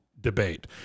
Debate